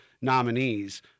nominees